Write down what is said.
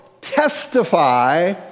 testify